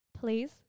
please